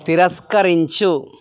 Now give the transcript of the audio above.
తిరస్కరించు